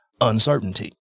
uncertainty